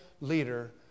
leader